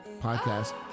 podcast